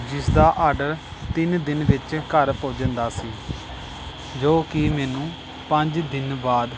ਇਸ ਦਾ ਆਰਡਰ ਤਿੰਨ ਦਿਨ ਵਿੱਚ ਘਰ ਪੁੱਜਣ ਦਾ ਸੀ ਜੋ ਕਿ ਮੈਨੂੰ ਪੰਜ ਦਿਨ ਬਾਅਦ